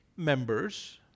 members